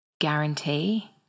guarantee